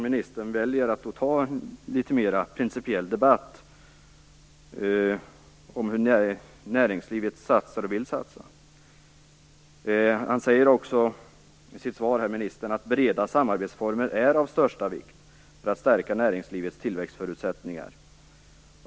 Ministern väljer att ta en litet mer principiell debatt om hur näringslivet satsar och vill satsa. Ministern säger också i sitt svar att breda samarbetsformer är av största vikt för att stärka näringslivets tillväxtförutsättningar.